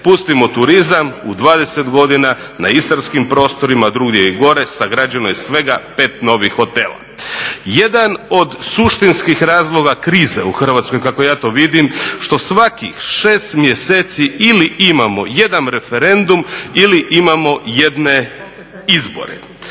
Pustimo turizam. U 20 godina na istarskim prostorima, drugdje je i gore sagrađeno je svega pet novih hotela. Jedan od suštinskih razloga krize u Hrvatskoj kako ja to vidim što svakih šest mjeseci ili imamo jedan referendum ili imamo jedne izbore.